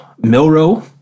milrow